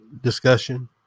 discussion